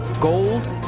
Gold